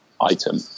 item